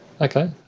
Okay